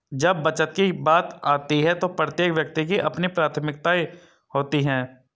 जब बचत की बात आती है तो प्रत्येक व्यक्ति की अपनी प्राथमिकताएं होती हैं